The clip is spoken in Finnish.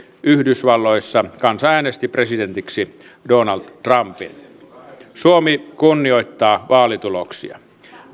yhdysvalloissa kansa äänesti presidentiksi donald trumpin suomi kunnioittaa vaalituloksia